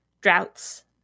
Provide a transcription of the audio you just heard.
droughts